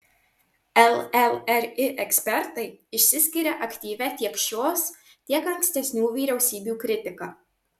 llri ekspertai išsiskiria aktyvia tiek šios tiek ankstesnių vyriausybių kritika